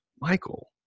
Michael